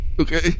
Okay